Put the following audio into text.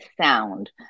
sound